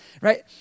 right